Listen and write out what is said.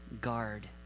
guard